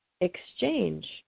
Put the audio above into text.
exchange